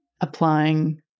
applying